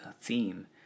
theme